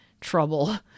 trouble